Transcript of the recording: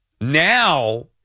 Now